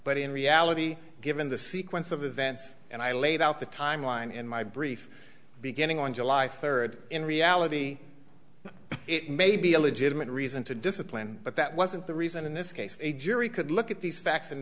but in reality given the sequence of events and i laid out the timeline in my brief beginning on july third in reality it may be a legitimate reason to discipline but that wasn't the reason in this case a jury could look at these facts and